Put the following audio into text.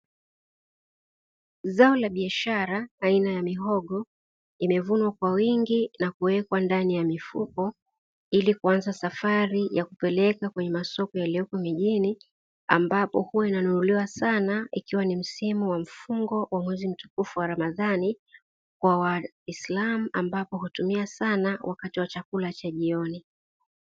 Zao la biashara aina ya mihogo limevunwa kwa wingi na kuwekwa ndani ya mifuko ili kuanza safari ya kupeleka kwenye masoko yaliyopo mijini. Ambapo huwa yananunuliwa sana msimu wa mfungo wa mwezi mtukufu wa Ramadhani kwa waislamu, ambapo hutumia sana wakati wa chakula cha jioni.